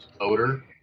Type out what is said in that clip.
odor